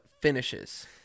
finishes